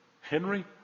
Henry